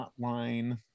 hotline